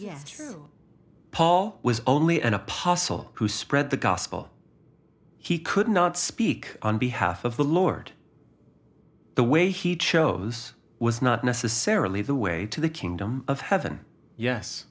yes paul was only an apostle who spread the gospel he could not speak on behalf of the lord the way he chose was not necessarily the way to the kingdom of heaven yes